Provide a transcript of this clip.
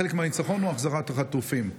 חלק מהניצחון הוא החזרת החטופים.